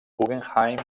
guggenheim